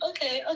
Okay